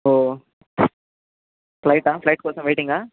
ఓ ఫ్లైటా ఫ్లైట్ కోసం వెయిటింగ్